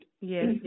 Yes